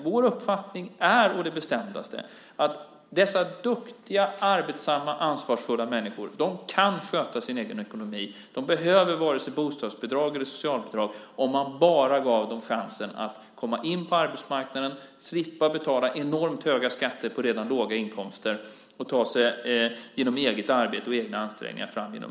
Vår uppfattning är å det bestämdaste att dessa duktiga, arbetsamma och ansvarsfulla människor kan sköta sin egen ekonomi. De skulle inte behöva vare sig bostadsbidrag eller socialbidrag om de gavs chansen att komma in på arbetsmarknaden, slippa betala enormt höga skatter på redan låga inkomster och ta sig fram i livet med hjälp av eget arbete och egna ansträngningar.